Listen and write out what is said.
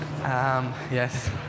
Yes